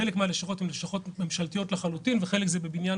חלק מהלשכות הן לשכות ממשלתיות לחלוטין וחלק זה בבניין